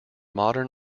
modern